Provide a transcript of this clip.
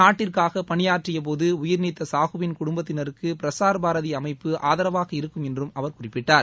நாட்டிற்காக பணியாற்றிய போது உயிர்நீத்த சாகுவின் குடும்பத்தினருக்கு பிரசார் பாரதி அமைப்பு ஆதரவாக இருக்கும் என்றும் அவர் குறிப்பிட்டார்